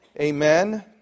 Amen